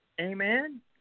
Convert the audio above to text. Amen